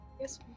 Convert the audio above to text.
Yes